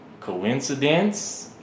Coincidence